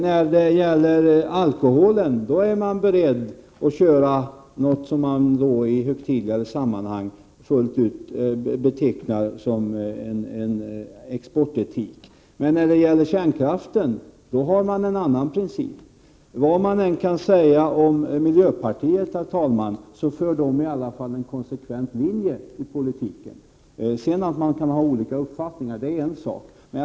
När det gäller alkoholen är man beredd att tillämpa något som man i högtidligare sammanhang betecknar som en exportetik, men när det gäller kärnkraften har men en annan princip. Vad man än kan säga om miljöpartiet, så för det i alla fall en konsekvent linje i sin politik. Sedan kan man ju ha olika uppfattningar om denna politik.